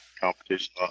competition